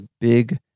big